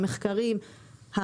המחקרים,